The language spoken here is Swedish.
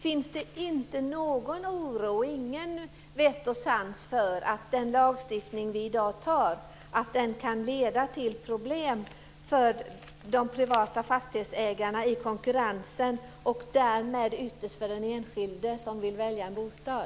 Finns det inte någon oro och ingen vett och sans när det gäller att den lagstiftning vi i dag inför kan leda till problem för de privata fastighetsägarna i konkurrensen, och därmed ytterst för den enskilde som vill välja en bostad?